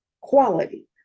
quality